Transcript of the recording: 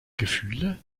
gefühle